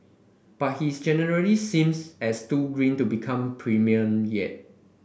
but he's generally seems as too green to become premier yet